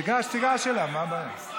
תיגש, תיגש אליו, מה הבעיה?